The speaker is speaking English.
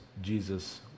Jesus